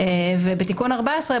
ובתיקון 14,